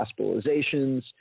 hospitalizations